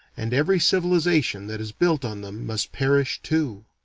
and every civilization that is built on them must perish too.